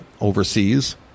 overseas